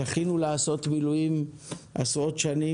זכינו לעשות מילואים עשרות שנים,